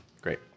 Great